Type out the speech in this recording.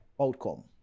outcome